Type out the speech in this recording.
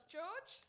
George